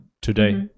today